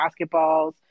basketballs